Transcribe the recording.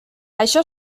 això